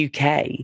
UK